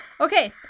Okay